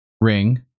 ring